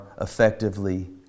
effectively